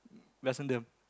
Vasantham